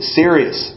serious